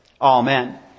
Amen